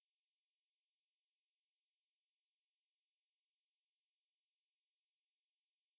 the only time where I started to even try four hundred was when I was in